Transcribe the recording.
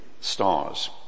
stars